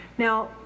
Now